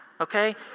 okay